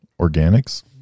organics